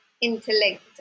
interlinked